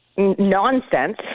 nonsense